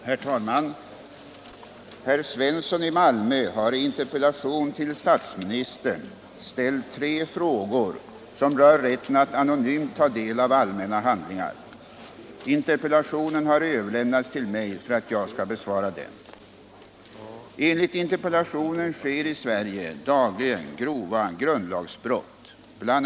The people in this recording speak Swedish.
Herr talman! Herr Svensson i Malmö har i interpellation till statsministern ställt tre frågor som rör rätten att anonymt ta del av allmänna handlingar. Interpellationen har överlämnats till mig för att jag skall besvara den. Enligt interpellationen sker i Sverige dagligen grova grundlagsbrott. Bl.